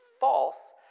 false